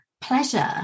pleasure